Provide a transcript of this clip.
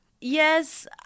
yes